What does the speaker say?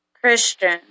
Christian